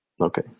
Okay